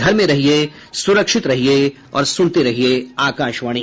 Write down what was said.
घर में रहिये सुरक्षित रहिये और सुनते रहिये आकाशवाणी